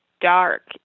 dark